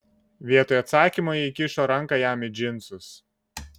vietoj atsakymo ji įkišo ranką jam į džinsus